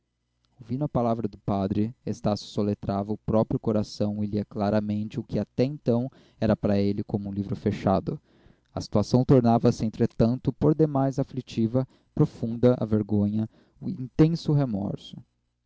ouvindo a palavra do padre estácio soletrava o próprio coração e lia claramente o que até então era para ele como um livro fechado a situação tornava-se entretanto por demais aflitiva profunda a vergonha intenso o remorso